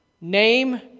name